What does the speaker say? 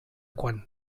quan